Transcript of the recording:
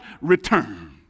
return